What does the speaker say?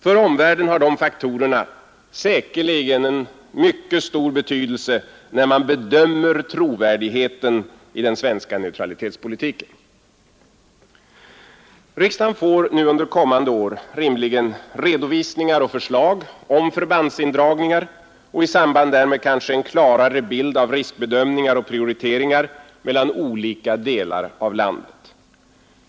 För omvärlden har de faktorerna säkerligen en mycket stor betydelse när man bedömer trovärdigheten i den svenska neutralitetspolitiken. Riksdagen får under kommande år rimligen redovisningar och förslag om förbandsindragningar och i samband därmed kanske en klarare bild av riskbedömningar och prioriteringar mellan olika delar av landet.